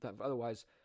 otherwise